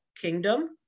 kingdom